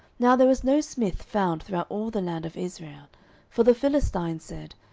now there was no smith found throughout all the land of israel for the philistines said,